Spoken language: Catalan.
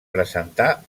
presentar